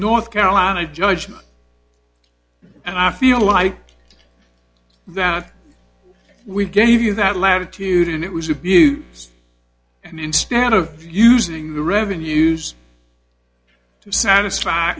north carolina judge not and i feel like that we gave you that latitude and it was abuse and instead of using the revenues to satisfy